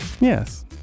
Yes